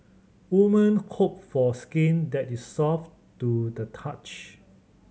woman hope for skin that is soft to the touch